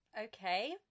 Okay